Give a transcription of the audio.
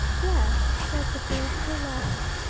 yes, said the girl, still laughing.